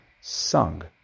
sung